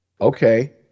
okay